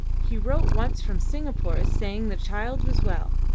he wrote once from singapore saying the child was well,